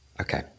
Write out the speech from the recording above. okay